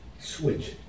switch